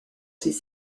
ces